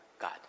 God